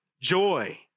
joy